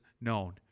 known